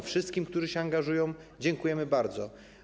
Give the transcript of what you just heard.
Wszystkim, którzy się angażują, dziękujemy bardzo.